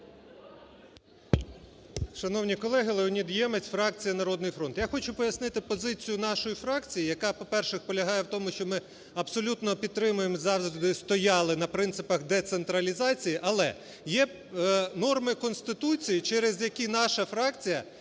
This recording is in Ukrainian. Шановні колеги! Леонід Ємець фракція "Народний фронт". Я хочу пояснити позицію нашої фракції, яка, по-перше, полягає в тому, що ми абсолютно підтримуємо і завжди стояли на принципах децентралізації. Але є норми Конституції, через які наша фракція